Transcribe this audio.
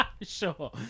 Sure